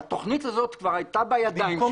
כשהתוכנית הזאת כבר הייתה בידיים --- במקום